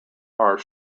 are